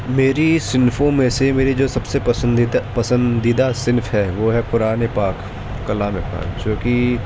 میری صنفوں میں سے میری جو سب سے پسندیدہ پسندیدہ صنف ہے وہ ہے قرآن پاک کلام پاک جو کہ